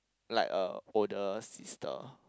like a older sister